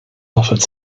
offered